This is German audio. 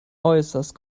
äußerst